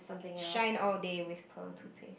shine all day with pearl toothpaste